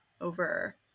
over